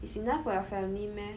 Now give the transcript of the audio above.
it's enough for your family meh